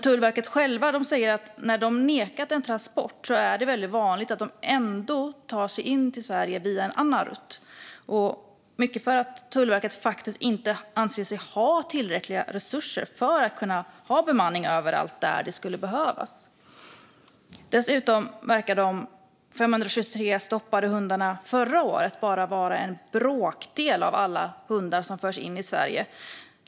Tullverket säger själva att det är väldigt vanligt när de har nekat en transport att man ändå tar sig till Sverige via en annan rutt, mycket därför att Tullverket faktiskt inte anser sig ha tillräckliga resurser för att ha bemanning överallt där det skulle behövas. Dessutom verkar de 523 stoppade hundarna förra året bara vara en bråkdel av alla hundar som förs in i Sverige.